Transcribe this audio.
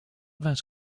that